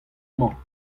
mañ